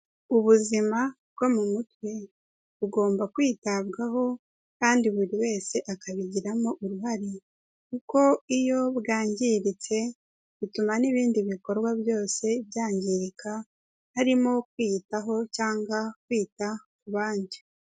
Ubuzima bwo mu mutwe bugomba kwitabwaho kandi buri wese akabigiramo uruhare, kuko iyo bwangiritse bituma n'ibindi bikorwa byose byangirika, harimo kwiyitaho cyangwa kwita ku bandi.